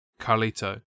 Carlito